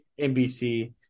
NBC